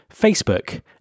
Facebook